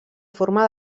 forma